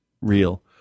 real